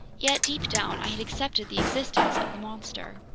yet deep down, i had accepted the existence of the monster.